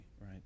right